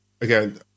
again